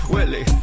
Willy